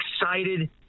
excited